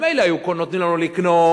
מילא היו נותנים לנו לקנות,